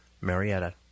Marietta